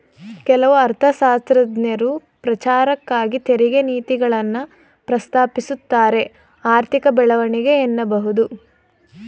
ಕೆಲವು ಅರ್ಥಶಾಸ್ತ್ರಜ್ಞರು ಪ್ರಚಾರಕ್ಕಾಗಿ ತೆರಿಗೆ ನೀತಿಗಳನ್ನ ಪ್ರಸ್ತಾಪಿಸುತ್ತಾರೆಆರ್ಥಿಕ ಬೆಳವಣಿಗೆ ಎನ್ನಬಹುದು